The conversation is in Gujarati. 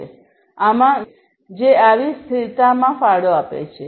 આમાં ઘણા ઉભરતા મુદ્દાઓ છે જે આવી સ્થિરતામાં ફાળો આપે છે